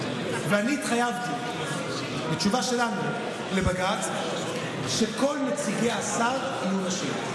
ואני התחייבתי בתשובה שלנו לבג"ץ שכל נציגי השר יהיו נשים.